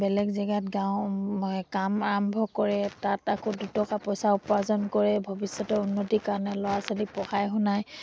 বেলেগ জেগাত গাঁও সেই কাম আৰম্ভ কৰে তাত আকৌ দুটকা পইচা উপাৰ্জন কৰে ভৱিষ্যতৰ উন্নতিৰ কাৰণে ল'ৰা ছোৱালী পঢ়াই শুনাই